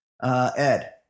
Ed